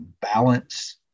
balance